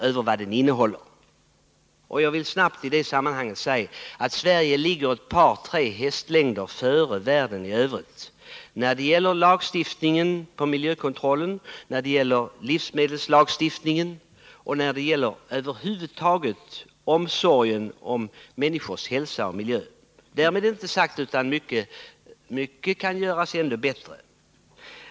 Jag vill i detta sammanhang säga att Sverige ligger ett par tre hästlängder före världen i övrigt när det gäller lagstiftning på miljökontrollområdet, livsmedelslagstiftning och över huvud taget omsorg om människors hälsa och miljö — därmed inte sagt att inte mycket kan göras ännu bättre.